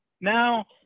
Now